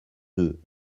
deux